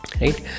right